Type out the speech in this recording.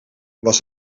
was